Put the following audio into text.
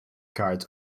cards